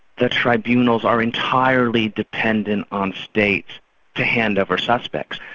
the tribunals are entirely dependent on states to hand over suspects.